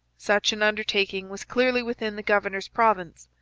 such an undertaking was clearly within the governor's province.